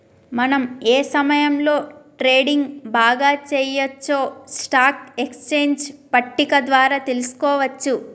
మనం ఏ సమయంలో ట్రేడింగ్ బాగా చెయ్యొచ్చో స్టాక్ ఎక్స్చేంజ్ పట్టిక ద్వారా తెలుసుకోవచ్చు